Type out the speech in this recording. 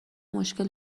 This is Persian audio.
مشکل